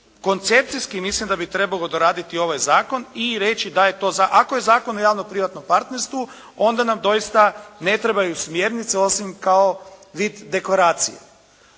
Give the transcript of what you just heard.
koncepcijski mislim da bi trebalo doraditi ovaj zakon i reći da je to, ako je Zakon o javno-privatnom partnerstvu onda nam doista ne trebaju smjernice osim kao vid dekoracije.